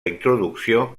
introducció